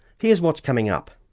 here's what's coming up.